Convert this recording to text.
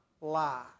lie